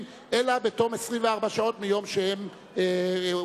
אלא בתום 24 שעות מיום שהם הוצגו.